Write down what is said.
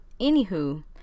Anywho